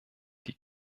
die